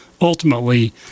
ultimately